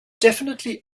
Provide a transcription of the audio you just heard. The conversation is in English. definitely